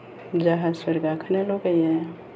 जाहाजफोर गाखोनो लुगैयो